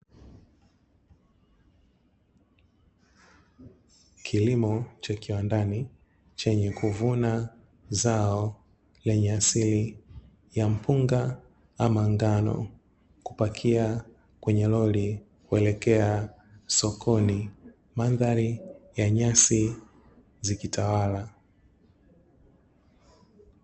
Kilimo cha kiwandani chenye kuvuna zao lenye asili ya mpunga ama ngano, kupakia kwenye lori kuelekea sokoni mandhari ya nyasi zikitawala.